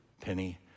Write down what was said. penny